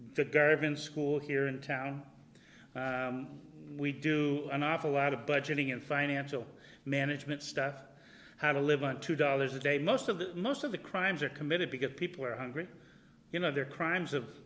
government school here in town we do an awful lot of budgeting and financial management stuff how to live on two dollars a day most of the most of the crimes are committed because people are hungry you know their crimes of